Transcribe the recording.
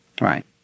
Right